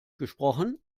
gesprochen